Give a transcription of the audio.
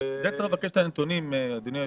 אדוני היושב-ראש, צריך לבקש את הנתונים של זה.